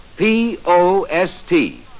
P-O-S-T